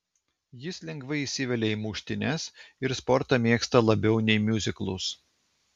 jis lengvai įsivelia į muštynes ir sportą mėgsta labiau nei miuziklus